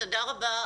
תודה רבה.